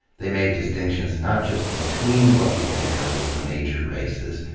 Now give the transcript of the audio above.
they made distinctions not just between what we think of as the major races,